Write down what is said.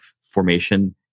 formation